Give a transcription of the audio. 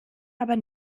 aber